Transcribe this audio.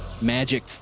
magic